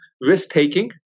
risk-taking